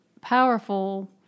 powerful